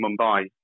Mumbai